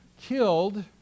killed